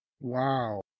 wow